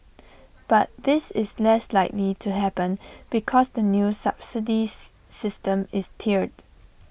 but this is less likely to happen because the new subsidy system is tiered